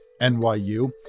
NYU